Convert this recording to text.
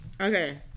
Okay